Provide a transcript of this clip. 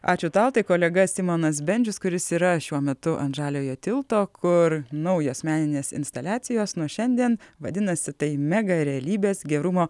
ačiū tau tai kolega simonas bendžius kuris yra šiuo metu ant žaliojo tilto kur naujos meninės instaliacijos nuo šiandien vadinasi tai megarealybės gerumo